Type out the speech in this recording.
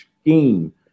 scheme